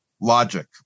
logic